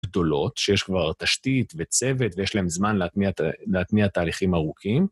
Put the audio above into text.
גדולות שיש כבר תשתית וצוות ויש להם זמן להטמיע ת… להטמיע תהליכים ארוכים.